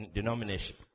denomination